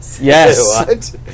Yes